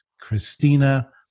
Christina